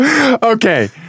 Okay